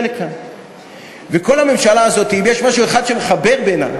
אם אני מבין את החוק,